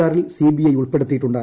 ആറിൽ സിബിഐ ഉൾപ്പെടുത്തിയിട്ടുണ്ട്